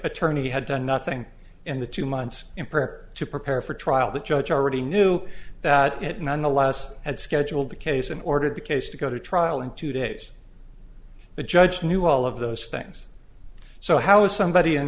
attorney had done nothing in the two months in prayer to prepare for trial the judge already knew that it nonetheless had scheduled the case and ordered the case to go to trial in two days the judge knew all of those things so how is somebody in